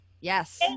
Yes